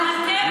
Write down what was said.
אתם מפחדים.